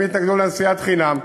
הם התנגדו לנסיעה חינם,